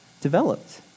developed